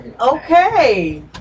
okay